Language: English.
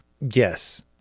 yes